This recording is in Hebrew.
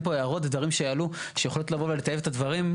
הערות ודברים שעלו שיכולים לבוא ולטייב את הדברים?